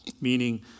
Meaning